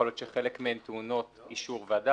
יכול להיות שחלק מהן טעונות אישור ועדה,